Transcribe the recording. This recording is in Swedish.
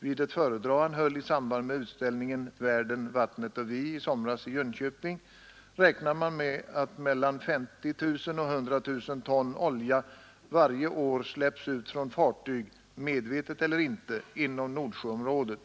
vid ett föredrag som han höll i samband med utställningen ”Världen, Vattnet och Vi” i somras i Jönköping, räknar man med att mellan 50 000 och 100 000 ton olja varje år släpps ut från fartyg — medvetet eller inte — inom Nordsjöområdet.